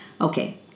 Okay